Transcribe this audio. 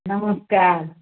ନମସ୍କାର